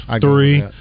three